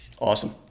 Awesome